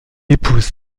épouse